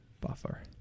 buffer